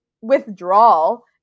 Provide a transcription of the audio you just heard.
withdrawal